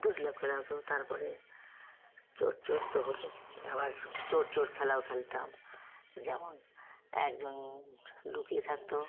দড়ি লাফ খেলা হতো তারপরে চোর চোর তো হলো আবার চোর চোর খেলাও খেলতাম যেমন একজন লুকিয়ে থাকতো